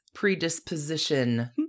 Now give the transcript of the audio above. predisposition